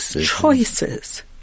choices